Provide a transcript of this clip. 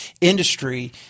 industry